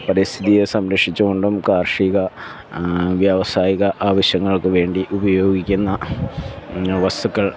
പരിസ്ഥിതിയെ സംരക്ഷിച്ചു കൊണ്ടും കാർഷിക വ്യവസായിക ആവശ്യങ്ങൾക്ക് വേണ്ടി ഉപയോഗിക്കുന്ന വസ്തുക്കൾ